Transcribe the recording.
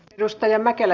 arvoisa puhemies